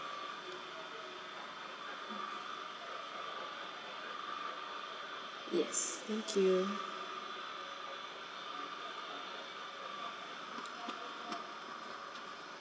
yes thank you